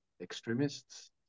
extremists